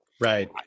right